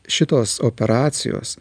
šitos operacijos